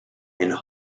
and